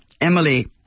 Emily